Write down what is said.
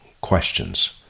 questions